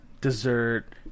dessert